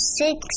six